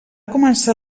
començar